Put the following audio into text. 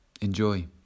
Enjoy